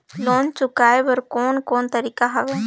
Loan चुकाए बर कोन कोन तरीका हवे?